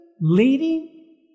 leading